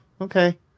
okay